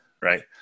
Right